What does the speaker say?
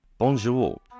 Bonjour